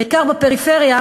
בעיקר בפריפריה,